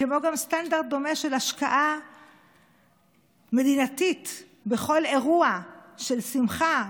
כמו גם סטנדרט דומה של השקעה מדינתית בכל אירוע של שמחה,